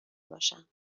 باشم